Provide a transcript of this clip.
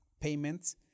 payments